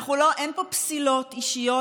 אין פה פסילות אישיות,